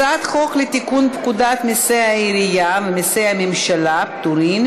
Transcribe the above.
הצעת חוק לתיקון פקודת מסי העירייה ומסי הממשלה (פטורין)